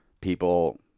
people